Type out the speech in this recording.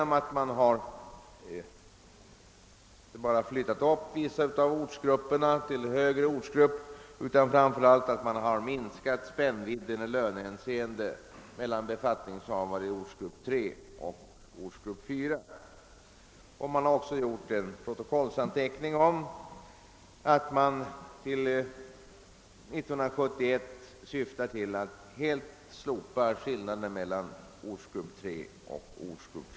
Man har inte bara flyttat upp vissa ortsgrupper till högre ortsgrupp utan också minskat spännvidden i lönehänseende mellan ortsgrupperna 3 och 4. Man har också gjort en protokolls anteckning om att man till 1971 syftar till att helt utjämna skillnaden mellan dessa ortsgrupper.